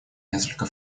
несколько